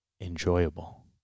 enjoyable